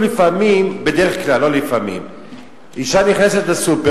בדרך כלל אשה נכנסת לסופר,